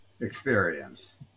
experience